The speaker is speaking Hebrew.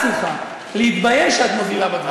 הבדיחה מוצתה בשבוע שעבר.